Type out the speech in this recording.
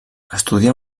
estudià